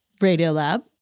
Radiolab